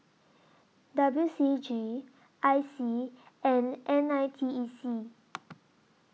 W C G I C and N I T E C